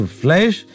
flesh